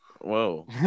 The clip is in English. whoa